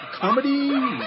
Comedy